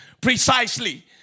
Precisely